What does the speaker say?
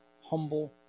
humble